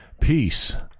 Peace